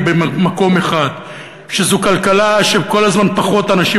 היא במקום אחד: שזו כלכלה שכל הזמן פחות אנשים